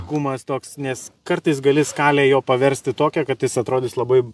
kumas toks nes kartais gali skalę jo paversti tokią kad jis atrodys labai